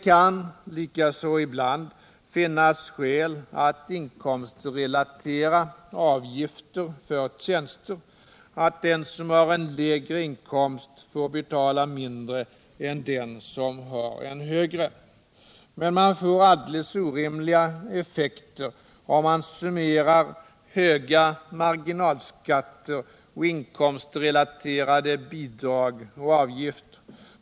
Likaså kan det ibland finnas skäl att inkomstrelatera avgifter för tjänster, alltså att den som har en lägre inkomst får betala mindre än den som har en högre. Man får alldeles orimliga effekter om man summerar höga marginalskatter och inkomstrelaterade bidrag och avgifter.